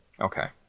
Okay